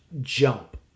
jump